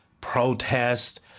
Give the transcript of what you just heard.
protest